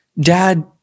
dad